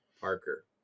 Parker